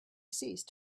ceased